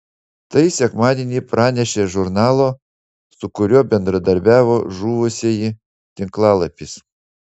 tai sekmadienį pranešė žurnalo su kuriuo bendradarbiavo žuvusieji tinklalapis